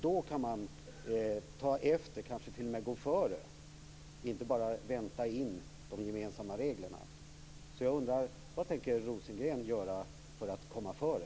Då kan man ta efter, och kanske t.o.m. gå före och inte bara vänta in de gemensamma reglerna. Så jag undrar: Vad tänker Rosengren göra för att komma före?